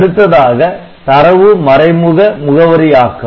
அடுத்ததாக தரவு மறைமுக முகவரியாக்கம்